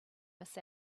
miss